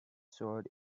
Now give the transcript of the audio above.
sword